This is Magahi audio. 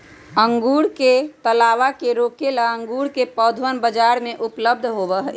अंगूर के लतावा के रोके ला अंगूर के पौधवन बाजार में उपलब्ध होबा हई